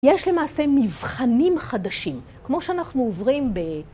‫יש למעשה מבחנים חדשים, ‫כמו שאנחנו עוברים ב...